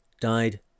Died